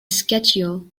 schedule